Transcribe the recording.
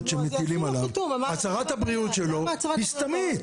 שמטילים עליו הצהרת הבריאות שלו היא סתמית.